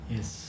Yes